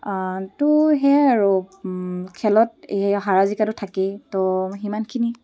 ত' সেয়াই আৰু খেলত এই হাৰাজিকাটো থাকেই ত' সিমানখিনি